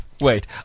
Wait